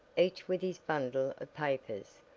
each with his bundle of papers,